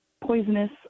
poisonous